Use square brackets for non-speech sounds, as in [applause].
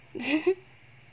[laughs]